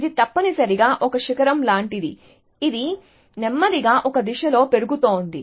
ఇది తప్పనిసరిగా ఒక శిఖరం లాంటిది ఇది నెమ్మదిగా ఒక దిశలో పెరుగుతోంది